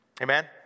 Amen